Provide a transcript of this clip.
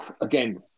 again